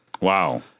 Wow